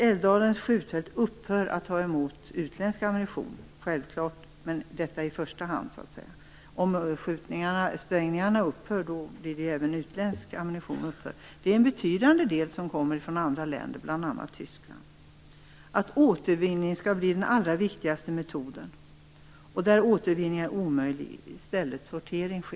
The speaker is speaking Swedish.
Älvdalens skjutfält bör i första hand upphöra med att ta emot utländsk ammunition - om sprängningarna upphör kommer ju också det att gälla sprängning av utländsk ammunition. En betydande del av ammunitionen kommer från andra länder, bl.a. Tyskland. Återvinning bör bli den allra viktigaste metoden, och där återvinning är omöjlig bör i stället sortering ske.